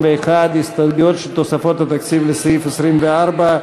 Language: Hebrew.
ההסתייגויות לסעיף 24,